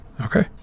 Okay